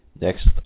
Next